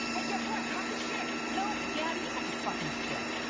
hey guess what, cut the shit! no, gabi, you cut the fucking shit.